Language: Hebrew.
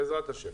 בעזרת השם.